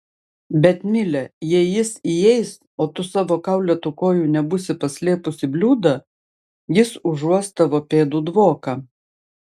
bet mile jei jis įeis o tu savo kaulėtų kojų nebūsi paslėpus į bliūdą jis užuos tavo pėdų dvoką